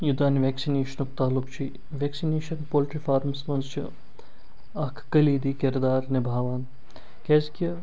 یوٚتام نہٕ وٮ۪کسِنیشنُک تعلُق چھُ وٮ۪کسِنیشَن پولٹِرٛی فارمَس مَنٛز چھُ اکھ قٔلیٖدی کِردار نِبھاوان کیٛازکہِ